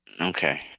Okay